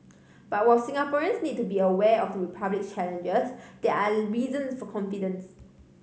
but while Singaporeans need to be aware of the Republic's challenges there are reasons for confidence